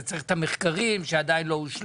לזה צריך את המחקרים שעדיין לא הושלמו.